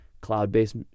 cloud-based